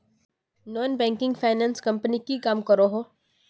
Non banking finance company की काम करोहो?